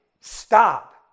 Stop